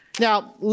Now